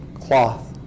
cloth